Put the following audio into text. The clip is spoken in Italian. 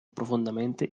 profondamente